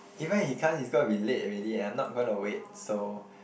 even if he comes he's gonna be late already and I'm not going to wait so